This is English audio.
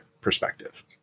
perspective